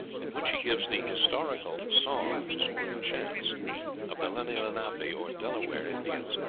in which he gives the historical songs or chants of the lenni-lenapi, or delaware indians,